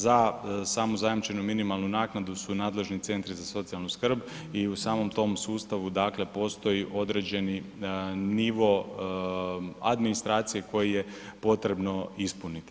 Za samu zajamčenu minimalnu naknadu su nadležni centri za socijalnu skrb i u samom tom sustavu dakle postoji određeni nivo administracije koji je potrebno ispuniti.